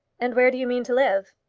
and where do you mean to live?